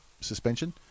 suspension